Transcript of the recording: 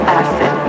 acid